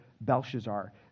Belshazzar